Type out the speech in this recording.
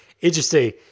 Interesting